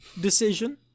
decision